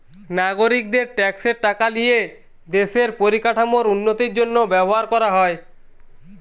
নাগরিকদের ট্যাক্সের টাকা লিয়ে দেশের পরিকাঠামোর উন্নতির জন্য ব্যবহার করা হয়